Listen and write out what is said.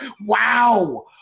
Wow